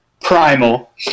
primal